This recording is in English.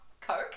Coke